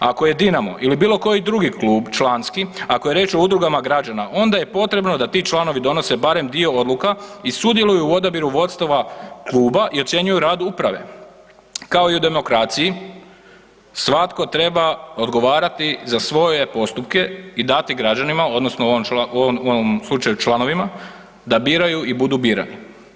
Ako je Dinamo ili bilo koji drugi klub članski, ako je riječ o udrugama građana onda je potrebno da ti članovi donose barem dio odluka i sudjeluju o odabiru vodstava kluba i ocjenjuju rad uprave kao i u demokraciji svatko treba odgovarati za svoje postupke i dati građanima odnosno u ovom slučaju članovima da biraju i budu birani.